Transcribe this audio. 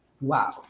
Wow